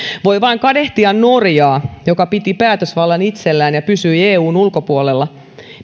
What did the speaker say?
voi vain kadehtia norjaa joka piti päätösvallan itsellään ja pysyi eun ulkopuolella